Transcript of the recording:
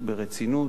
ברצינות,